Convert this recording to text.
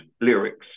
lyrics